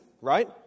right